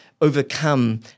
overcome